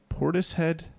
Portishead